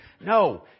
No